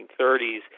1930s